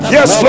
Yes